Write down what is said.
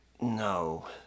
No